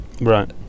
Right